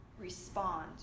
respond